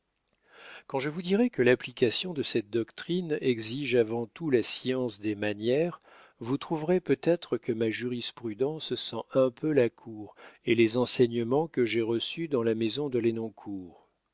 quand je vous dirai que l'application de cette doctrine exige avant tout la science des manières vous trouverez peut-être que ma jurisprudence sent un peu la cour et les enseignements que j'ai reçus dans la maison de lenoncourt